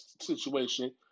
situation